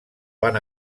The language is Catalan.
van